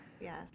Yes